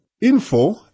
info